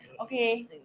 Okay